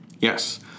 Yes